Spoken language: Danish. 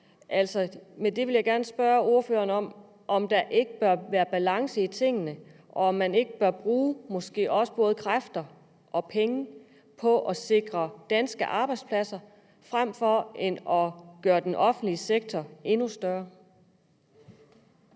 Med det vil jeg gerne spørge ordføreren om, om der ikke bør være balance i tingene, og om man ikke bør bruge både kræfter og penge på at sikre danske arbejdspladser frem for at gøre den offentlige sektor endnu større?